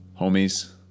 homies